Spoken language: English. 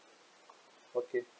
okay